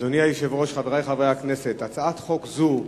אדוני היושב-ראש, חברי חברי הכנסת, הצעת חוק זו